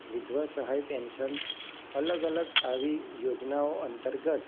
વિધવા સહાય પેન્શન અલગ અલગ આવી યોજનાઓ અંતર્ગત